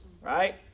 right